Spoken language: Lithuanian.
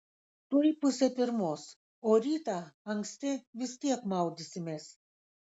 tuoj pusė pirmos o rytą anksti vis tiek maudysimės